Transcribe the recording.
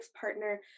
partner